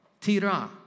tira